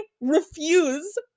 refuse